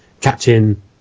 captain